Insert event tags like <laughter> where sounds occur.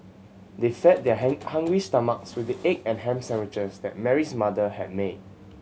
they fed their <unintelligible> hungry stomachs with the egg and ham sandwiches that Mary's mother had made